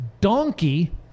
donkey